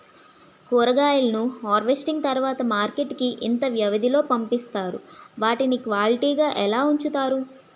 కూరగాయలను హార్వెస్టింగ్ తర్వాత మార్కెట్ కి ఇంత వ్యవది లొ పంపిస్తారు? వాటిని క్వాలిటీ గా ఎలా వుంచుతారు?